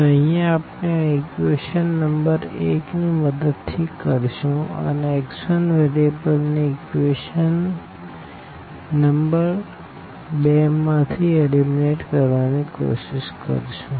તો અહિયાં આપણે આ ઇક્વેશન નંબર 1 ની મદદ થી કરશું અને x1વેરીએબલ ને ઇક્વેશન નંબર 2 માં થી એલીમીનેટ કરવા ની કોશિશ કરશું